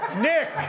Nick